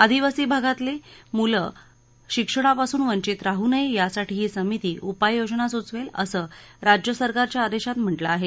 आदिवासी भागातले मूलं शिक्षणापासून वंचित राहू नयेत यासाठी ही समिती उपाययोजना सूचवेल असं राज्यसरकारच्या आदेशात म्हटलं आहे